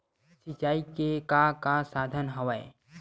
सिंचाई के का का साधन हवय?